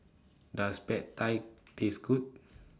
Does Pad Thai Taste Good